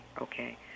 okay